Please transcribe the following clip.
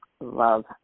Love